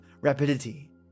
rapidity